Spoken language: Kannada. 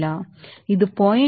ಇದು 0